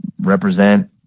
represent